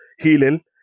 healing